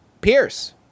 Pierce